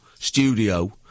studio